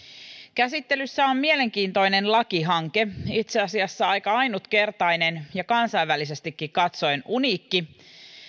käsittelyssä on mielenkiintoinen lakihanke itse asiassa aika ainutkertainen ja kansainvälisestikin katsoen uniikki